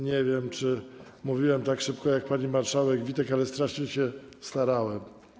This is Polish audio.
Nie wiem, czy mówiłem tak szybko jak pani marszałek Witek, ale strasznie się starałem.